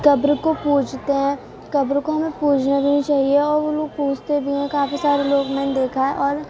قبر کو پوجتے ہیں قبر کو انہیں پوجنا نہیں چاہیے اور وہ لوگ پوجتے بھی ہیں کافی سارے لوگ میں نے دیکھا ہے اور